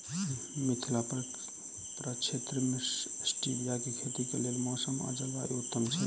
मिथिला प्रक्षेत्र मे स्टीबिया केँ खेतीक लेल मौसम आ जलवायु उत्तम छै?